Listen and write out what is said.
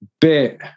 bit